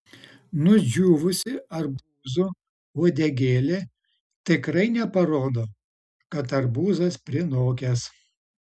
nudžiūvusi arbūzo uodegėlė tikrai neparodo kad arbūzas prinokęs